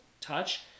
touch